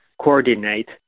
coordinate